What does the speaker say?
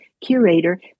curator